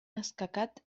escacat